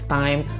time